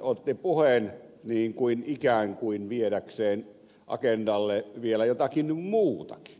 otti puheen ikään kuin viedäkseen agendalle vielä jotakin muutakin